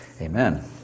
Amen